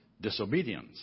disobedience